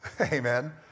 Amen